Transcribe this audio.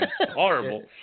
horrible